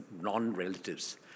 non-relatives